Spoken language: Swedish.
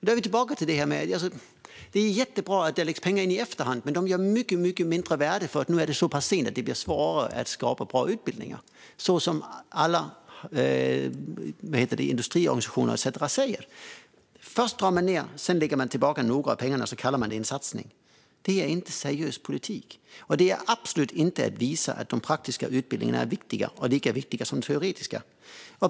Det är jättebra att det läggs in pengar i efterhand, men de innebär ett mindre värde eftersom det nu är så pass sent att det blir svårare att skapa bra utbildningar, precis som alla industriorganisationer säger. Först drar man ned, och sedan lägger man tillbaka en del av pengarna och kallar det för en satsning. Det är inte seriös politik, och det är absolut inte att visa att de praktiska utbildningarna är lika viktiga som teoretiska.